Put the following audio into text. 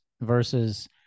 versus